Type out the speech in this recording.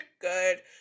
good